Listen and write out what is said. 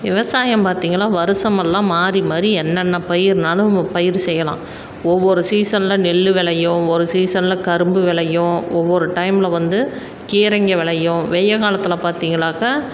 விவசாயம் பார்த்தீங்கன்னா வருஷமெல்லாம் மாதிரி மாதிரி என்னென்ன பயிர்னாலும் நம்ப பயிர் செய்யலாம் ஒவ்வொரு சீசனில் நெல் விளையும் ஒரு சீசனில் கரும்பு விளையும் ஒவ்வொரு டைமில் வந்து கீரைங்கள் விளையும் வெய்யல் காலத்தில் பார்த்தீங்கன்னாக்கா